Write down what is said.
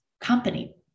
Company